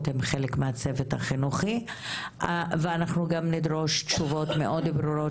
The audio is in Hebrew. הן חלק מהצוות החינוכי ואנחנו גם נדרוש תשובות מאוד ברורות